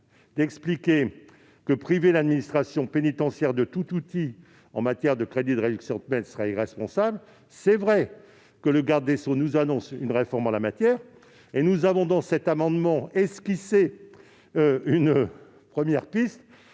de votre propos, priver l'administration pénitentiaire de tout outil en matière de crédits de réduction de peine serait irresponsable. Il est vrai que le garde des sceaux nous annonce une réforme en la matière. Nous avons, dans notre amendement, esquissé une première piste